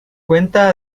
cuenta